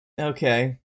Okay